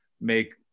make